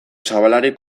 zabalari